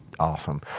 awesome